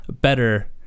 better